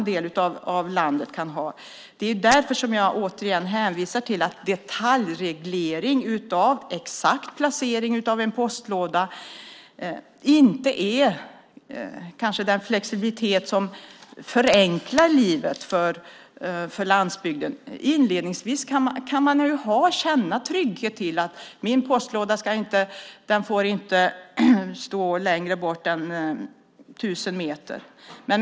Det är därför jag hänvisar till att detaljreglering av exakt placering av en postlåda inte innebär den flexibilitet som förenklar livet för någon på landsbygden. Det går väl att inledningsvis känna trygghet i att min postlåda får vara högst 1 000 meter bort.